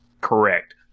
Correct